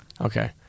Okay